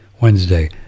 Wednesday